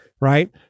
right